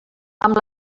amb